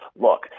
Look